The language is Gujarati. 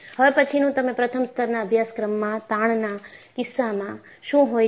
હવે પછીનું તમે પ્રથમ સ્તરના અભ્યાસક્રમમાં તાણના કિસ્સામાં શું હોય છે